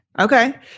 Okay